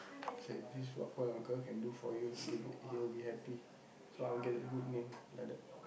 say this is what boy uncle can do for you give it he will be happy so I will get a good name like that